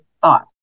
thought